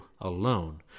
alone